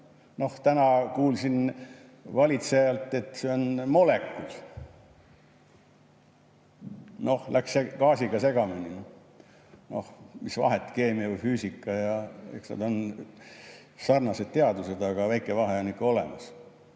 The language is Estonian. Täna kuulsin valitsejalt, et see on molekul. Noh, läks äkki gaasiga segamini. Mis vahet, keemia või füüsika, eks nad on sarnased teadused. Aga väike vahe on ikka olemas.